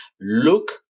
Look